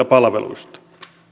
palveluista